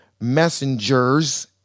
messengers